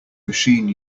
machine